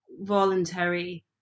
voluntary